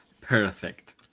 Perfect